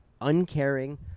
uncaring